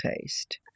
taste